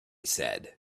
said